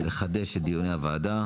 לחדש את דיוני הוועדה.